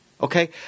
Okay